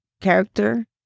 character